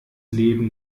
leben